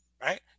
right